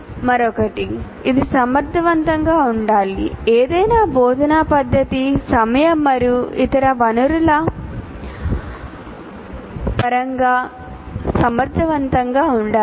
మరొకటి ఇది సమర్థవంతంగా ఉండాలి ఏదైనా బోధనా పద్ధతి సమయం మరియు ఇతర వనరుల పరంగా సమర్థవంతంగా ఉండాలి